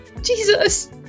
Jesus